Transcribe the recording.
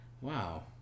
Wow